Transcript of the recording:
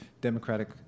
democratic